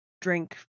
drink